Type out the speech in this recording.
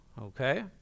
okay